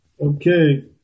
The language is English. Okay